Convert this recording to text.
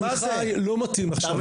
עמיחי, לא מתאים עכשיו.